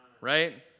right